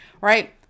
right